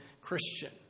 Christian